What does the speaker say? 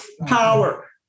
power